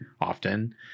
often